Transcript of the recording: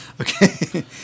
Okay